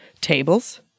tables